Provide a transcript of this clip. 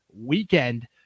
weekend